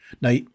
Now